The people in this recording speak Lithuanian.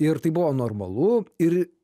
ir tai buvo normalu ir